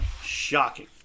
Shocking